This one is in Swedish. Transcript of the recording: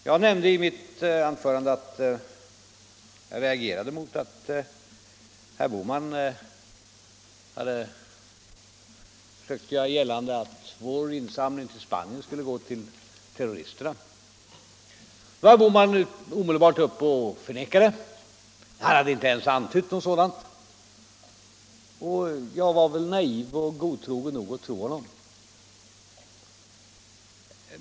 Jag reagerade i mitt anförande mot att herr Bohman sökte göra gällande att vår insamling till Spanien skulle gå till terroristerna. Då var herr Bohman omedelbart uppe och förnekade detta — han hade inte ens antytt något sådant. Och jag var naiv och godtrogen nog att tro honom.